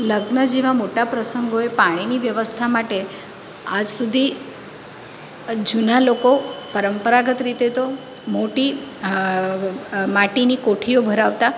લગ્ન જેવા મોટા પ્રસંગોએ પાણીની વ્યવસ્થા માટે આજ સુધી જૂના લોકો પરંપરાગત રીતે તો મોટી માટીની કોઠીઓ ભરાવતા